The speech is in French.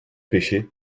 pêchaient